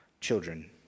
children